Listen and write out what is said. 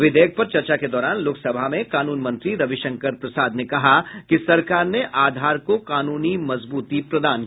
विधेयक पर चर्चा के दौरान लोकसभा में कानून मंत्री रविशंकर प्रसाद ने कहा कि सरकार ने आधार को कानूनी मजबूती प्रदान की है